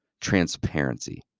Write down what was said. transparency